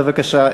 בבקשה.